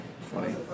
Funny